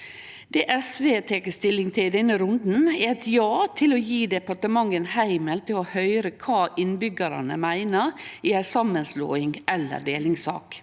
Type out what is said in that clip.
Det SV har teke stilling til i denne runden, er eit ja til å gje departementet ein heimel til å høyre kva innbyggjarane meiner i ei samanslåings- eller delingssak.